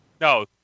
No